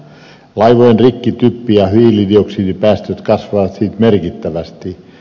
laivojen rikki typpi ja hiilidioksidipäästöt kasvavat siis merkittävästi